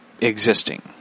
existing